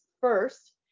first